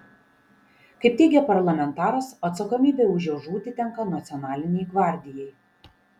kaip teigia parlamentaras atsakomybė už jo žūtį tenka nacionalinei gvardijai